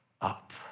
up